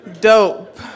dope